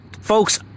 folks